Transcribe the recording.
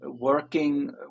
working